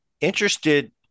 interested